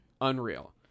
Unreal